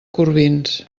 corbins